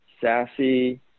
sassy